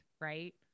right